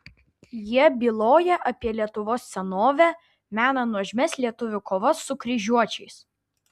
jie byloja apie lietuvos senovę mena nuožmias lietuvių kovas su kryžiuočiais